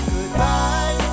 Goodbye